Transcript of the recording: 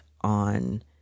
on